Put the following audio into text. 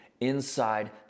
inside